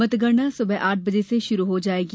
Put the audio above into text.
मतगणना सुबह आठ बजे से शुरू हो जायेगी